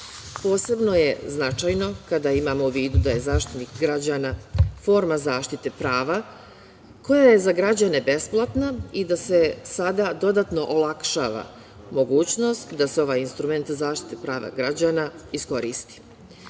prava. Posebno je značajno kada imamo u vidu daje Zaštitnik građana forma zaštite prava koja je za građane besplatna i da se sada dodatno olakšava mogućnost da se ovaj instrument zaštite prava građana iskoristi.U